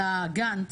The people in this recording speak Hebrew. הגאנט.